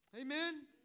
Amen